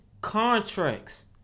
contracts